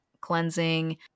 cleansing